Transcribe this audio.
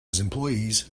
employees